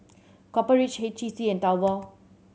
Copper Ridge H T C and Taobao